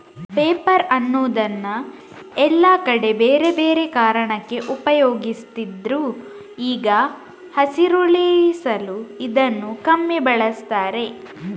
paper ಅನ್ನುದನ್ನ ಎಲ್ಲಾ ಕಡೆ ಬೇರೆ ಬೇರೆ ಕಾರಣಕ್ಕೆ ಉಪಯೋಗಿಸ್ತಿದ್ರು ಈಗ ಹಸಿರುಳಿಸಲು ಇದನ್ನ ಕಮ್ಮಿ ಬಳಸ್ತಾರೆ